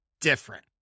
different